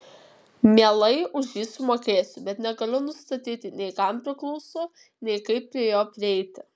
mielai už jį sumokėsiu bet negaliu nustatyti nei kam priklauso nei kaip prie jo prieiti